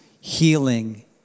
healing